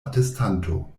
atestanto